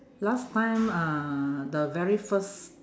last time uh the very first